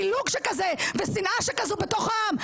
פילוג שכזה ושנאה שכזאת בתוך העם.